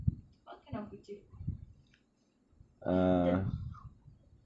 what kind of achievement that